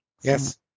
Yes